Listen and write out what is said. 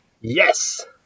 Yes